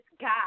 God